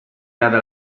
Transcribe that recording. data